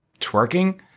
twerking